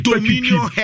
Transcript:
Dominion